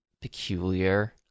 peculiar